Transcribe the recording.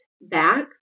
back